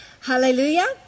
Hallelujah